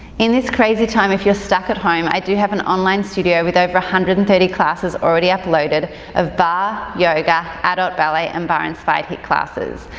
in this crazy time, if you are stuck at home, i do have an online studio with over one hundred and thirty classes already uploaded of barre, yoga, adult ballet and barre inspired hiit classes.